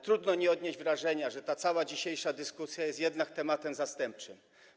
Trudno nie odnieść wrażenia, że cała dzisiejsza dyskusja jest tematem zastępczym.